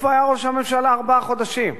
איפה היה ראש הממשלה ארבעה חודשים?